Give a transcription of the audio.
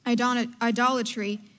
Idolatry